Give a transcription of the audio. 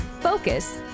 focus